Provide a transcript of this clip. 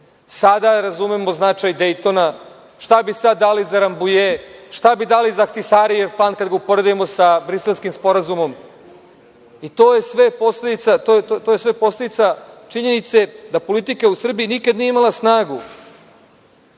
Sada razumemo značaj Dejtona. Šta bi sada dali za Rambuje? Šta bi dali za Ahtisarijev plan kada ga uporedimo sa Briselskim sporazumom? To je sve posledica činjenice da politika u Srbiji nikad nije imala snagu